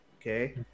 Okay